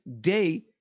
day